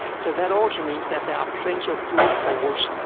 so that also means that there are plenty of food for wolves.